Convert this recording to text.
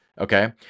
Okay